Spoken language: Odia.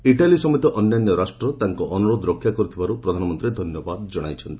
ଇଟାଲୀ ସମେତ ଅନ୍ୟାନ୍ୟ ରାଷ୍ଟ୍ର ତାଙ୍କ ଅନୁରୋଧ ରକ୍ଷା କରିଥିବାରୁ ପ୍ରଧାନମନ୍ତ୍ରୀ ଧନ୍ୟବାଦ ଜଣାଇଛନ୍ତି